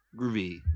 Groovy